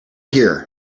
here